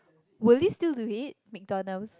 will you still do it McDonalds